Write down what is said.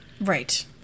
Right